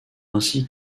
ainsi